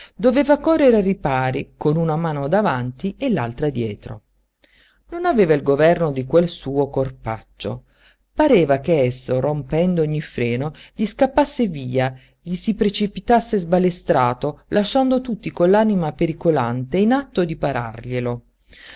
doveva correre ai ripari con una mano davanti e l'altra dietro non aveva il governo di quel suo corpaccio pareva che esso rompendo ogni freno gli scappasse via gli si precipitasse sbalestrato lasciando tutti con l'anima pericolante in atto di pararglielo